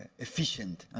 efficient,